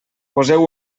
poseu